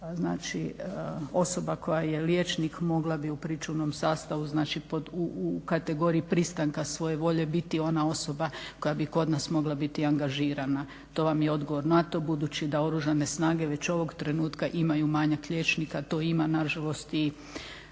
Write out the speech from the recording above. znači osoba koja je liječnik mogla bi u pričuvnom sastavu u kategoriji pristanka svoje volje biti ona osoba koja bi kod nas mogla biti angažirana. To vam je odgovor na to. budući da oružane snage već ovog trenutka imaju manjak liječnika, a to ima nažalost i